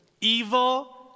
evil